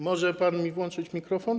Może pan mi włączyć mikrofon?